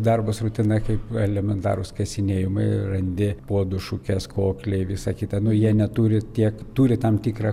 darbas rutina kaip elementarūs kasinėjimai randi puodų šukės kokliai visa kita nu jie neturi tiek turi tam tikrą